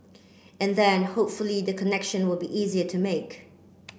and then hopefully the connection will be easier to make